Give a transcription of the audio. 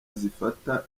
zifata